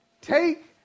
take